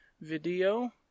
Video